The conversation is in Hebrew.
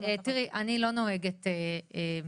תראי אני לא נוהגת אה,